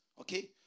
okay